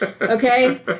Okay